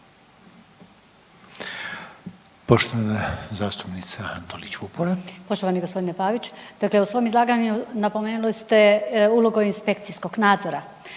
**Antolić Vupora, Barbara (SDP)** Poštovani gospodin Pavić, dakle u svom izlaganju napomenuli ste ulogu inspekcijskog nadzora